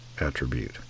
attribute